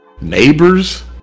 Neighbors